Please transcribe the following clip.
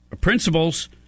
principles